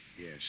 Yes